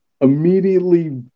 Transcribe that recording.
Immediately